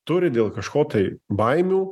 turi dėl kažko tai baimių